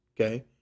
okay